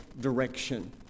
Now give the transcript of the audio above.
direction